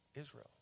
Israel